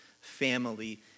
family